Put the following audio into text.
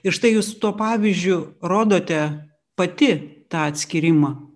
ir štai jūs tuo pavyzdžiu rodote pati tą atskyrimą